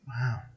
Wow